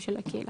הקהילה.